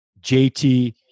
JT